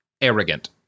arrogant